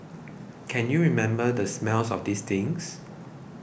can you remember the smell of these things